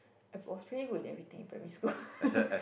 I was really good in everything primary school